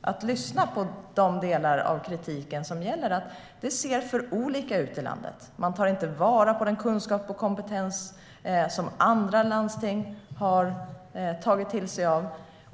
att lyssna på de delar av kritiken som gäller att det ser alltför olika ut i landet. Man tar inte vara på den kunskap och kompetens som andra landsting har tagit till sig av.